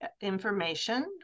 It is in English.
information